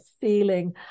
feeling